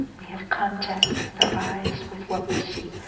we have contact with our eyes with what we see.